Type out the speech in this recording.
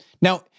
Now